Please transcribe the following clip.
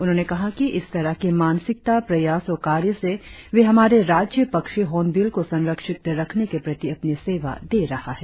उन्होंने कहा कि इस तरह की मानसिकता प्रयास और कार्य से वे हमारे राज्य पक्षी हॉर्नबिल को संरक्षित रखने के प्रति अपनी सेवा दे रहा है